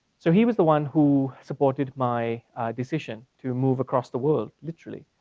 so he was the one who supported my decision to move across the world, literally,